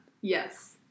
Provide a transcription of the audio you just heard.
Yes